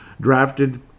drafted